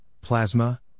plasma